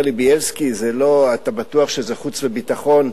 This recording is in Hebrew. בילסקי, אתה בטוח שזה חוץ וביטחון?